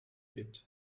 bit